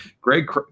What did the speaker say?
Greg